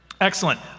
Excellent